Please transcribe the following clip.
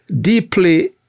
deeply